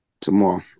tomorrow